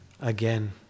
again